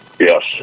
Yes